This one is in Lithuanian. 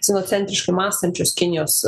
sinocentiškai mąstančios kinijos